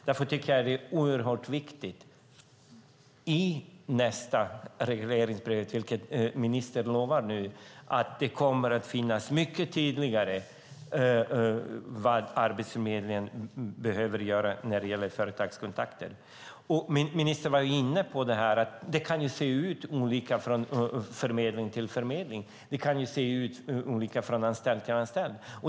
Därför tycker jag att det är oerhört viktigt att det i nästa regleringsbrev, vilket ministern nu lovar, kommer att finnas mycket tydligare vad Arbetsförmedlingen behöver göra när det gäller företagskontakter. Ministern var inne på att det kan se olika ut från förmedling till förmedling och från anställd till anställd.